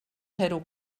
zero